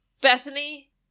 Bethany